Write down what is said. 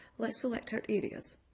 let's select our areas,